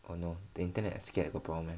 oh no the internet scan got problem eh